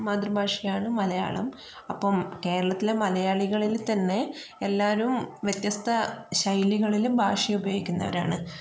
മാതൃഭാഷയാണ് മലയാളം അപ്പം കേരളത്തിലെ മലയാളികളിൽ തന്നെ എല്ലാരും വ്യത്യസ്ഥ ശൈലികളില് ഭാഷ ഉപയോഗിക്കുന്നവരാണ്